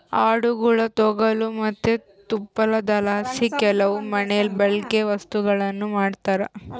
ಆಡುಗುಳ ತೊಗಲು ಮತ್ತೆ ತುಪ್ಪಳದಲಾಸಿ ಕೆಲವು ಮನೆಬಳ್ಕೆ ವಸ್ತುಗುಳ್ನ ಮಾಡ್ತರ